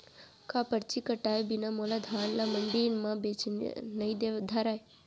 का परची कटाय बिना मोला धान ल मंडी म बेचन नई धरय?